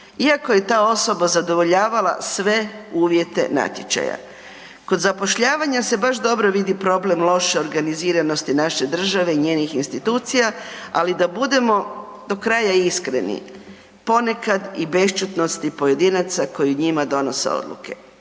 Iako je ta osoba zadovoljava sve uvjete natječaja. Kod zapošljavanja se baš dobro vidi problem loše organiziranosti naše države i njenih institucija ali da budemo do kraja iskreni, ponekad i bešćutnosti pojedinaca koji njima donose odluke.